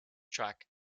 track